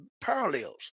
parallels